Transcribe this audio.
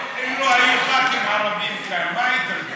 אם לא היו ח"כים ערבים כאן, על מה היית מדבר?